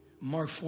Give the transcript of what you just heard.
Mark